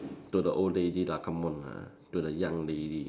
to the old lady lah come on lah to the young lady